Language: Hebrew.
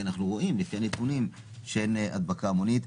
כי אנחנו רואים לפי הנתונים שאין הדבקה המונית.